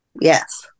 Yes